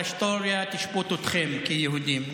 וההיסטוריה תשפוט אתכם כיהודים,